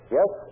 Yes